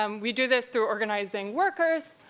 um we do this through organizing workers,